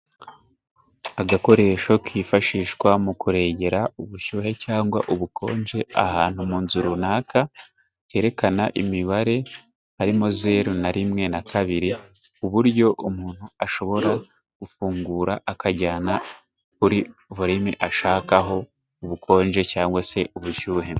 Agakoresho kifashishwa mu kuregera ubushyuhe cyangwa ubukonje ahantu mu nzu runaka, herekana imibare harimo zeru na rimwe na kabiri, uburyo umuntu ashobora gufungura akajyana kuri volimi ashakaho ubukonje cyangwa se ubushyuhe.